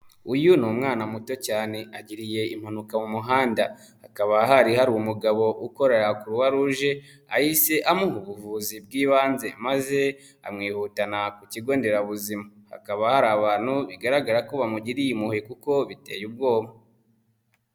Uyu ni umwana muto cyane agiriye impanuka mu muhanda hakaba hari hari umugabo ukorera Croix rouge ahise amuha ubuvuzi bw'ibanze maze amwihutana ku kigonderabuzima hakaba hari abantu bigaragara ko bamugiriye impuhwe kuko biteye ubwoba.